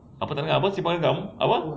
apa tanya si panggang apa